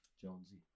Jonesy